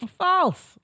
false